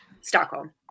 stockholm